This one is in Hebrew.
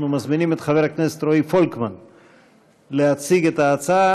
אנחנו מזמינים את חבר הכנסת רועי פולקמן להציג אותה,